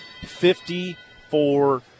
Fifty-four